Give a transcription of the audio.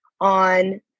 on